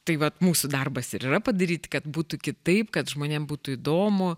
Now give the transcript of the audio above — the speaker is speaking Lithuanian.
tai vat mūsų darbas ir yra padaryti kad būtų kitaip kad žmonėm būtų įdomu